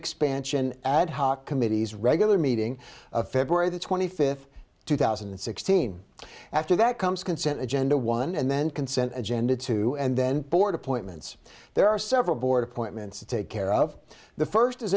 expansion ad hoc committees regular meeting of february the twenty fifth two thousand and sixteen after that comes consent agenda one and then consent agenda two and then board appointments there are several board appointments to take care of the first